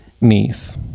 niece